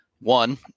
One